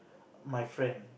my friend